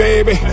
Baby